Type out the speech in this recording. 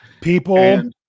People